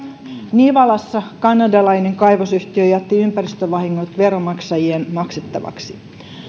nivalassa kanadalainen kaivosyhtiö jätti ympäristövahingot veronmaksajien maksettavaksi